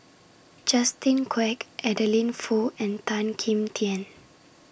Justin Quek Adeline Foo and Tan Kim Tian